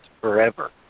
forever